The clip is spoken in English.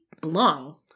belong